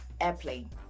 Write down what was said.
airplane